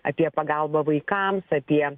apie pagalbą vaikams apie